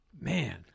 man